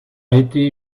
été